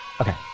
Okay